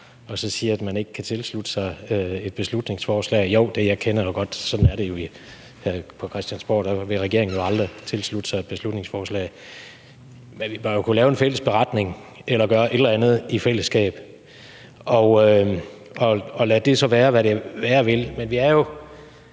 op og siger, at man ikke kan tilslutte sig et beslutningsforslag. Jo, jeg ved jo godt, at sådan er det på Christiansborg; der vil regeringen jo aldrig tilslutte sig et beslutningsforslag. Men vi bør jo kunne lave en fælles beretning eller gøre et eller andet i fællesskab. Lad det så være, hvad det være vil, men vi er jo